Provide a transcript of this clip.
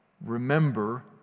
Remember